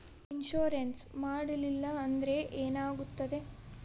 Insurance ಮಾಡಲಿಲ್ಲ ಅಂದ್ರೆ ಏನಾಗುತ್ತದೆ?